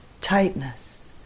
tightness